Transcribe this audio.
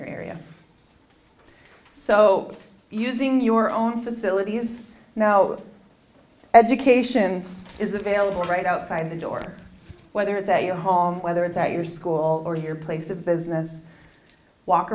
your area so using your own facilities now education is available right outside the door whether they are home whether it's at your school or your place of business walk